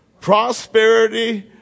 prosperity